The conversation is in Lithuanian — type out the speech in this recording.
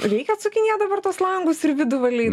reikia atsukinėt dabar tuos langus ir vidų valyt